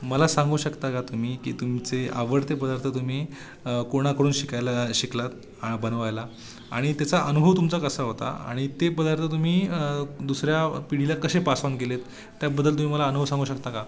मला सांगू शकता का तुम्ही की तुमचे आवडते पदार्थ तुम्ही कोणाकडून शिकायला शिकलात बनवायला आणि त्याचा अनुभव तुमचा कसा होता आणि ते पदार्थ तुम्ही दुसऱ्या पिढीला कसे पास ऑन केले आहेत त्याबद्दल तुम्ही मला अनुभव सांगू शकता का